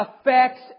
affects